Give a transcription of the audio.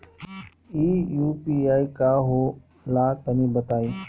इ यू.पी.आई का होला तनि बताईं?